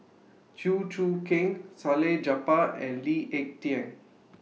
Chew Choo Keng Salleh Japar and Lee Ek Tieng